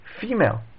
female